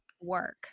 work